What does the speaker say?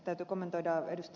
täytyy kommentoida ed